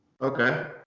Okay